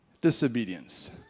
disobedience